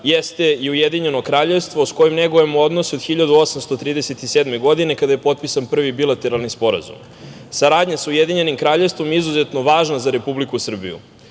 jeste i Ujedinjeno Kraljevstvo, s kojim negujemo odnose od 1837. godine, kada je potpisan prvi bilateralni sporazum. Saradnja sa UK je izuzetno važna za Republiku Srbiju.